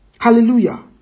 Hallelujah